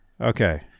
Okay